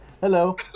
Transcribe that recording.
Hello